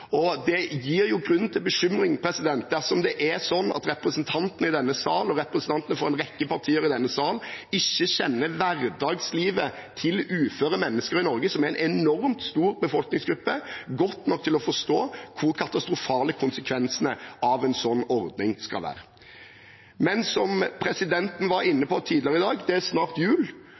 og kommet i gang. Det gir jo grunn til bekymring dersom det er sånn at representantene i denne sal og representantene for en rekke partier i denne sal ikke kjenner hverdagslivet til uføre mennesker i Norge, som er en enormt stor befolkningsgruppe, godt nok til å forstå hvor katastrofale konsekvensene av en sånn ordning vil være. Som presidenten var inne på tidligere i dag: Det er snart jul,